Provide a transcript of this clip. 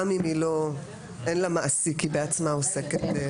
גם אם אין לה מעסיק והיא בעצמה עוסקת.